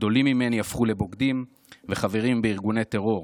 גדולים ממני הפכו ל"בוגדים" ו"חברים בארגוני טרור".